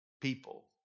people